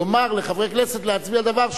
יאמר לחברי כנסת להצביע על דבר,